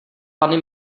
panny